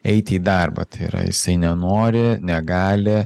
eiti į darbą tai yra jisai nenori negali